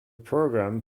program